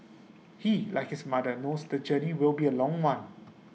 he like his mother knows the journey will be A long one